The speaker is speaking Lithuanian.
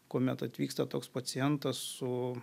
kuomet atvyksta toks pacientas su